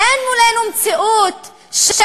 אין מולנו מציאות של